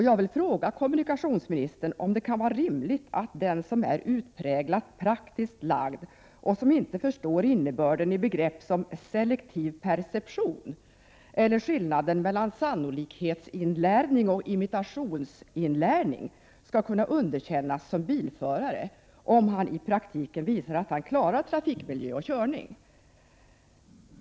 Jag vill ftåga kommunikationsministern om det kan vara rimligt att den som är utpräglat praktiskt lagd och som inte förstår innebörden av begrepp som ”selektiv perception” eller inte förstår skillnaden mellan ”sannolikhetsinlärning” och ”imitationsinlärning” skall kunna underkännas som bilförare, trots att han i praktiken visar att han klarar trafikmiljö och körning.